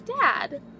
dad